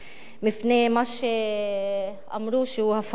מפני מה שאמרו שהוא הפרות סדר.